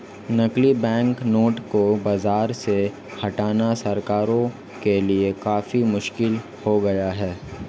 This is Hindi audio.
नकली बैंकनोट को बाज़ार से हटाना सरकारों के लिए काफी मुश्किल हो गया है